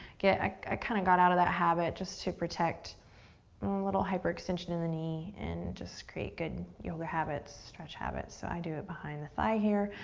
i kind of got out of that habit just to protect a little hyper extension in the knee, and just create good yoga habits, stretch habits, so i do it behind the thigh here.